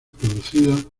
producido